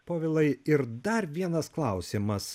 povilai ir dar vienas klausimas